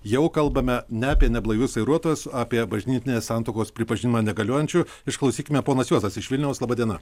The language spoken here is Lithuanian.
jau kalbame ne apie neblaivius vairuotojus apie bažnytinės santuokos pripažinimo negaliojančiu išklausykime ponas juozas iš vilniaus laba diena